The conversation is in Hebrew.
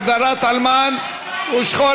הגדרת אלמן ושכול),